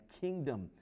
kingdom